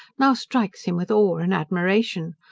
now strikes him with awe and admiration,